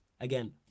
Again